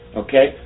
okay